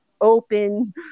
open